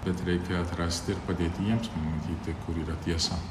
bet reikia atrasti ir padėti jiems matyti kur yra tiesa